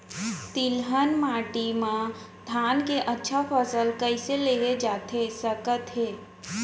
तिलहन माटी मा धान के अच्छा फसल कइसे लेहे जाथे सकत हे?